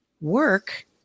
work